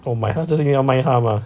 我买它就是因为要卖它 mah